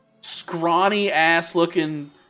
scrawny-ass-looking